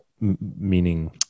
meaning